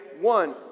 One